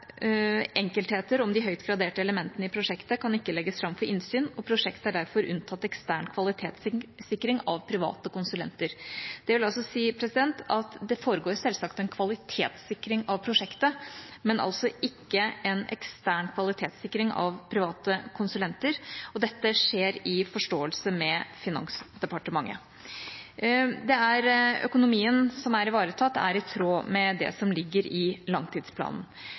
enkeltheter om de høyt graderte elementene i prosjektet kan ikke legges fram for innsyn, og prosjektet er derfor unntatt for ekstern kvalitetssikring av private konsulenter. Det vil si at det foregår selvsagt en kvalitetssikring av prosjektet, men altså ikke en ekstern kvalitetssikring av private konsulenter, og dette skjer i forståelse med Finansdepartementet. Økonomien som er ivaretatt, er i tråd med det som ligger i langtidsplanen.